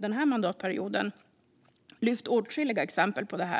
den här mandatperioden lyft upp åtskilliga exempel på detta.